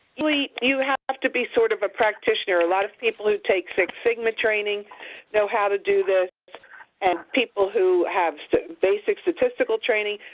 usually you have to be sort of a practitioner. a lot of people who take six sigma training know how to do this and people who have basic statistical training.